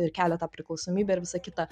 ir kelia tą priklausomybę ir visą kitą